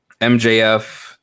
mjf